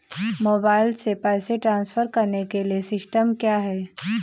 Mobile से पैसे transfer करने के लिए सिस्टम क्या है?